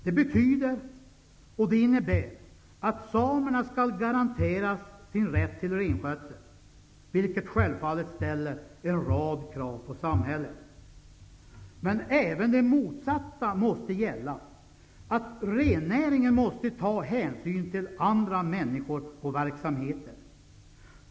Det betyder och innebär att samerna skall garanteras sin rätt till renskötsel, vilket självfallet ställer en rad krav på samhället. Men även det motsatta måste gälla, att rennäringsidkarna måste ta hänsyn till andra människor och verksamheter.